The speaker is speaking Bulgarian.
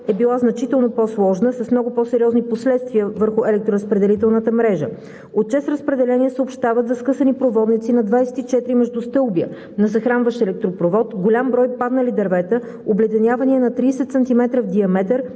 е била значително по-сложна и с много по сериозни последствия върху електроразпределителната мрежа. От „ЧЕЗ Разпределение“ съобщават за скъсани проводници на 24 междустълбия на захранващ електропровод, голям брой паднали дървета, обледенявания на 30 см в диаметър